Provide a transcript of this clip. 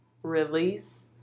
Release